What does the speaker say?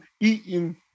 eating